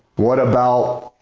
what about?